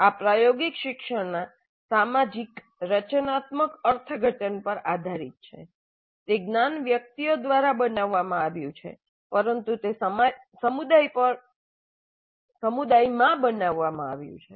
આ પ્રાયોગિક શિક્ષણના સામાજિક રચનાત્મક અર્થઘટન પર આધારિત છે તે જ્ઞાન વ્યક્તિઓ દ્વારા બનાવવામાં આવ્યું છે પરંતુ તે સમુદાયમાં પણ બનાવવામાં આવ્યું છે